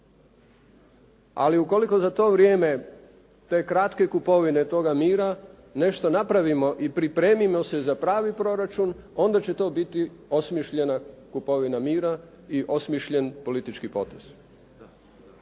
Ali ukoliko za to vrijeme, to kratke kupovine toga mira, nešto napravimo i pripremimo se za pravi proračun, onda će to biti osmišljena kupovina mira i osmišljen politički potez.